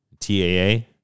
TAA